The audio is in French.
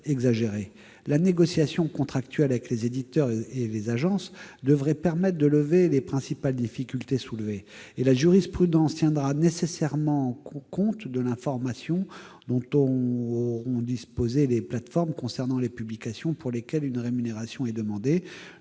la négociation contractuelle avec les éditeurs et les agences devrait permettre de lever les principales difficultés soulevées et la jurisprudence tiendra nécessairement compte de l'information dont les plateformes auront disposé en ce qui concerne les publications pour lesquelles une rémunération est demandée.